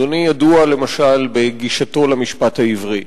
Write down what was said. אדוני ידוע, למשל, בגישתו למשפט העברי,